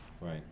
Right